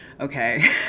okay